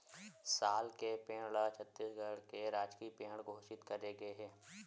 साल के पेड़ ल छत्तीसगढ़ के राजकीय पेड़ घोसित करे गे हे